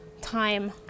time